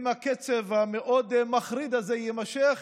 אם הקצב המחריד מאוד הזה יימשך,